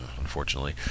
unfortunately